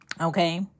okay